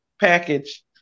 package